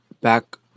back